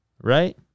Right